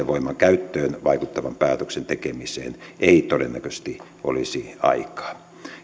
voimankäyttöön valtuuttavan päätöksen tekemiseen ei todennäköisesti olisi aikaa